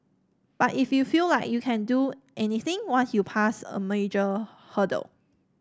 but if you feel like you can do anything once you passed a major hurdle